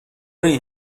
این